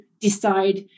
decide